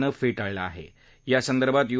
नं फटीळलं आह यासंदर्भात यु